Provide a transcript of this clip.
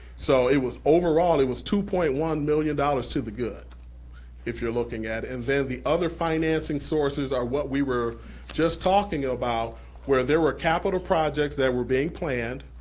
so it was overall it was two point one million dollars to the good if you're looking at it. and then the other financing sources are what we were just talking about where there were capital projects that were being planned,